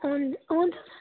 हुन्छ हुन्छ सर